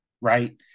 right